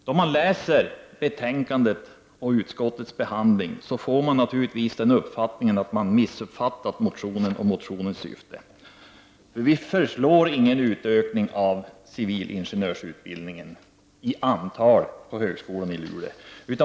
När jag läser utskottsbetänkandet får jag uppfattningen att utskottet har missuppfattat motionen och dess syfte. Vi föreslår ingen utökning av antalet platser på civilingenjörsutbildningen på högskolan i Luleå.